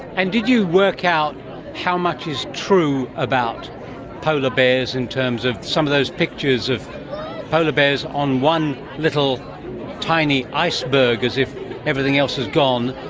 and did you work out how much is true about polar bears in terms of some of those pictures of polar bears on one little tiny iceberg, as if everything else has gone,